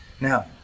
Now